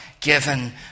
given